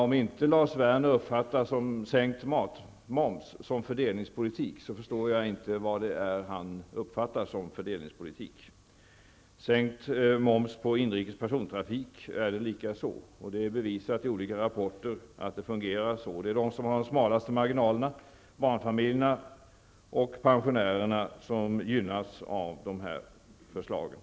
Om Lars Werner inte uppfattar sänkt matmoms som fördelningspolitik förstår jag inte vad han uppfattar som fördelningspolitik. Sänkt moms på inrikes persontrafik är det likaså. Det har bevisats i olika rapporter att det fungerar så. Det är de som har de smalaste marginalerna, dvs. barnfamiljerna och pensionärerna, som gynnas av de här förslagen.